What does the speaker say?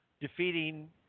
defeating